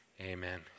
Amen